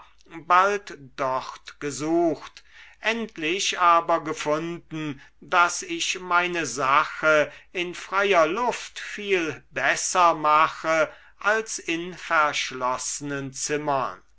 bald dort gesucht endlich aber gefunden daß ich meine sache in freier luft viel besser mache als in verschlossenen zimmern